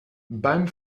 beim